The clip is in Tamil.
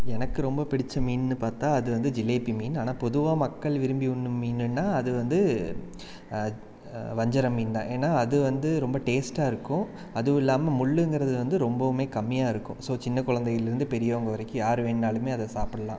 எனக்கு ரொம்ப பிடிச்ச மீன்னு பார்த்தா அது வந்து ஜிலேபி மீன் ஆனால் பொதுவாக மக்கள் விரும்பி உண்ணும் மீன்னா அது வந்து வஞ்சர மீன் தான் ஏன்னா அது வந்து ரொம்ப டேஸ்ட்டாக இருக்கும் அதுவும் இல்லாம முள்ளுங்கறது வந்து ரொம்பவுமே கம்மியாக இருக்கும் ஸோ சின்ன குழந்தையிலருந்து பெரியவங்க வரைக்கும் யார் வேண்ணாலுமே அதை சாப்பிட்லாம்